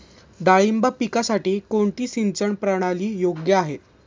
डाळिंब पिकासाठी कोणती सिंचन प्रणाली योग्य आहे?